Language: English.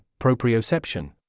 proprioception